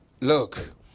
look